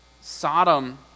Sodom